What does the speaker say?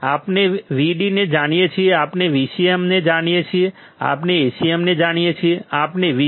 આપણે Vd ને જાણીએ છીએ આપણે Vcm ને જાણીએ છીએ આપણે Acm ને જાણીએ છીએ